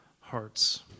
hearts